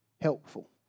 helpful